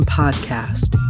podcast